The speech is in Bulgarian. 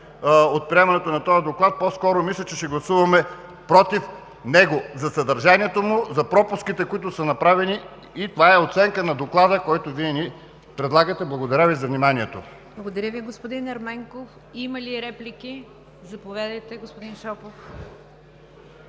от приемането на този доклад. По-скоро мисля, че ще гласуваме „против“ него за съдържанието му, за пропуските, които са направени. Това е оценката на Доклада, който Вие ни предлагате. Благодаря Ви за вниманието. ПРЕДСЕДАТЕЛ НИГЯР ДЖАФЕР: Благодаря Ви, господин Ерменков. Има ли реплики? Заповядайте, господин Шопов.